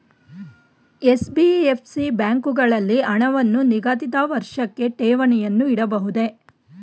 NBFC ಬ್ಯಾಂಕುಗಳಲ್ಲಿ ಹಣವನ್ನು ನಿಗದಿತ ವರ್ಷಕ್ಕೆ ಠೇವಣಿಯನ್ನು ಇಡಬಹುದೇ?